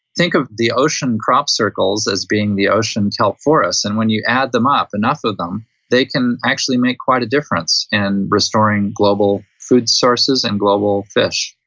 think of the ocean crop circles as being the ocean kelp forests, and when you add up enough of them they can actually make quite a difference in restoring global food sources and global fish.